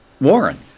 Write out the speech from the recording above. Warren